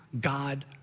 God